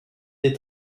des